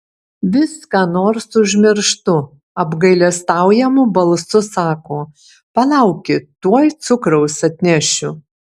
vis ką nors užmirštu apgailestaujamu balsu sako palaukit tuoj cukraus atnešiu